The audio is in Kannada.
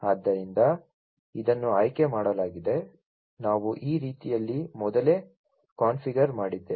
ಆದ್ದರಿಂದ ಇದನ್ನು ಆಯ್ಕೆ ಮಾಡಲಾಗಿದೆ ನಾವು ಈ ರೀತಿಯಲ್ಲಿ ಮೊದಲೇ ಕಾನ್ಫಿಗರ್ ಮಾಡಿದ್ದೇವೆ